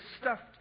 stuffed